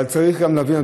אבל צריך להבין,